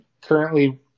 Currently